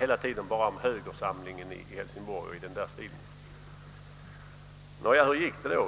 hela tiden bara om högersamlingen i Hälsingborg och framförde argument i den stilen. Nå, hur gick det då?